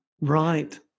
Right